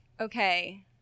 okay